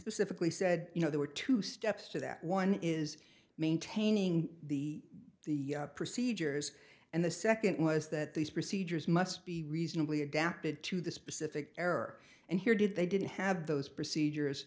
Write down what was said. specifically said you know there were two steps to that one is maintaining the the procedures and the second was that these procedures must be reasonably adapted to the specific error and here did they didn't have those procedures